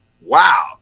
wow